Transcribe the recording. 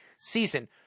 season